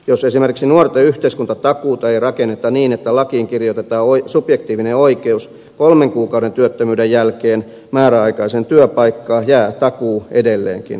jos esimerkiksi nuorten yhteiskuntatakuuta ei rakenneta niin että lakiin kirjoitetaan subjektiivinen oikeus kolmen kuukauden työttömyyden jälkeen määräaikaiseen työpaikkaan jää takuu edelleenkin torsoksi